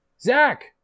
Zach